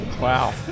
Wow